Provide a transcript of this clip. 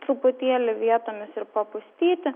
truputėlį vietomis ir papustyti